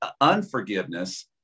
unforgiveness